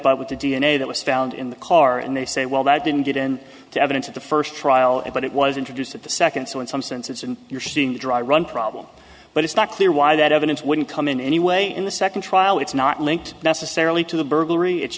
but with the d n a that was found in the car and they say well that didn't get in the evidence in the first trial and but it was introduced at the second so in some senses and you're seeing the dry run problem but it's not clear why that evidence wouldn't come in anyway in the second trial it's not linked necessarily to the burglary it's